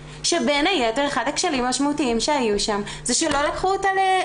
שבין היתר אחד הכשלים המשמעותיים שהיו שם זה שלא לקחו אותה